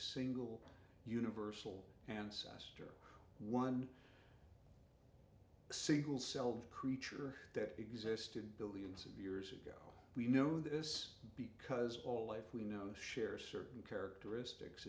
single universal ancestor one single celled creature that existed billions of years ago we know this because all life we know share certain characteristics